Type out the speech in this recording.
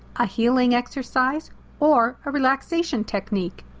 a healing exercise or a relaxation technique.